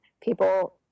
people